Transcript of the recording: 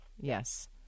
yes